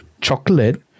chocolate